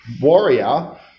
warrior